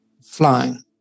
flying